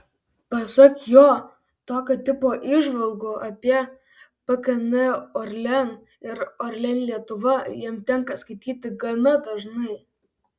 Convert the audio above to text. pasak jo tokio tipo įžvalgų apie pkn orlen ir orlen lietuva jam tenka skaityti gana dažnai